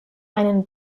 einen